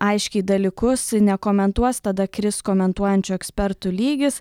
aiškiai dalykus nekomentuos tada kris komentuojančių ekspertų lygis